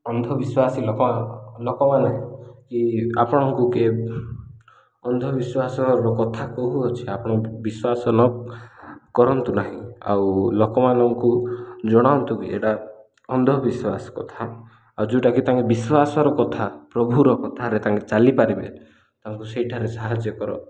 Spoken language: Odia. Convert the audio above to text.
ଅନ୍ଧବିଶ୍ୱାସୀ ଲୋକ ଲୋକମାନେ କି ଆପଣଙ୍କୁ କି ଅନ୍ଧବିଶ୍ୱାସର କଥା କହୁଅଛି ଆପଣ ବିଶ୍ୱାସ ନ କରନ୍ତୁ ନାହିଁ ଆଉ ଲୋକମାନଙ୍କୁ ଜଣାନ୍ତୁ କି ଏଇଟା ଅନ୍ଧବିଶ୍ୱାସ କଥା ଆଉ ଯେଉଁଟାକି ତାଙ୍କେ ବିଶ୍ୱାସର କଥା ପ୍ରଭୁର କଥାରେ ତାଙ୍କେ ଚାଲିପାରିବେ ତାଙ୍କୁ ସେଇଠାରେ ସାହାଯ୍ୟ କର